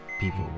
people